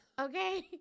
Okay